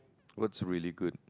what's really good